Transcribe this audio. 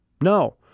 No